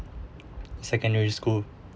secondary school